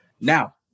Now